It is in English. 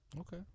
Okay